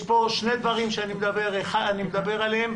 יש פה שני דברים שאני מדבר עליהם,